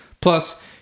Plus